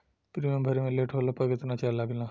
Premium भरे मे late होला पर केतना चार्ज लागेला?